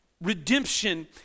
Redemption